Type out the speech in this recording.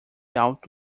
alto